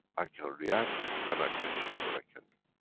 i can react and i can show what i can